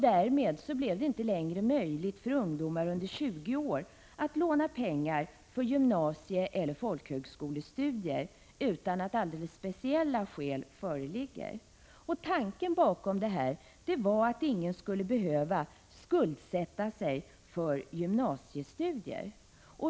Därmed blev det inte längre möjligt för ungdomar under 20 år att låna pengar för gymnasieeller folkhögskolestudier utan att alldeles speciella skäl föreligger. Tanken bakom detta var att ingen skulle behöva skuldsätta sig på grund av gymnasiestudier.